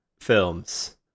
films